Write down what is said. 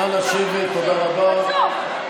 נא לשבת, תודה רבה.